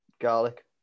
garlic